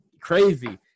crazy